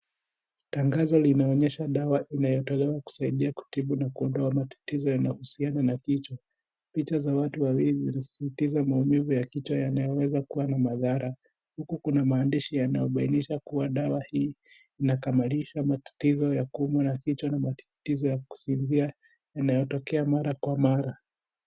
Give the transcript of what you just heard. Tangazo linaonyesha dawa inayotolewa kutibu na kuondoa matatizo yanahusiana na kichwa. Picha za watu wawili wakisikiza maumivu ya kichwa yanaweza kuwa na madhara huku kuna maandishi yanayobainisha kuwa dawa hii inakamalisha matatizo ya kuumwa na kichwa na matatizo ya kusinzia yanayotokea mara kwa mara.